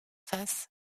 face